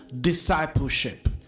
discipleship